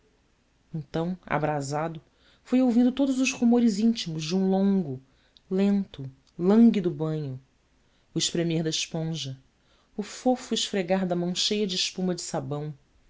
calor então abrasado fui ouvindo todos os rumores íntimos de um longo lento lânguido banho o espremer da esponja o fofo esfregar da mão cheia de espuma de sabão